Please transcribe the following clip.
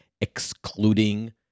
excluding